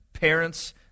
Parents